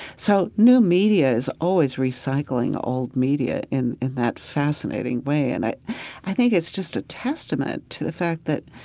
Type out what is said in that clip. so new media is always recycling old media in in that fascinating way. and i i think it's just a testament to the fact that,